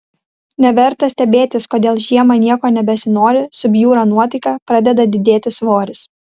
neverta stebėtis kodėl žiemą nieko nebesinori subjūra nuotaika pradeda didėti svoris